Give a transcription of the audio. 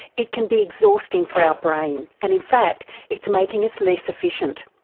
it can be exhausting for our brain and in fact it's making us less efficient.